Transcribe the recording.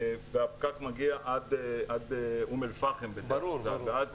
והפקק מגיע עד אום אל פאחם בדרך כלל, ואז